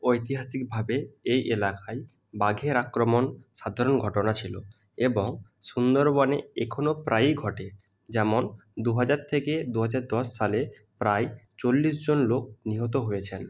ঐতিহাসিকভাবে এই এলাকায় বাঘের আক্রমণ সাধারণ ঘটনা ছিলো এবং সুন্দরবনে এখনো প্রায়েই ঘটে যেমন দু হাজার থেকে দু হাজার দশ সালে প্রায় চল্লিশজন লোক নিহত হয়েছেন